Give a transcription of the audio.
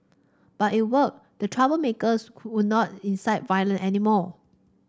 but it worked the troublemakers could not incite violence anymore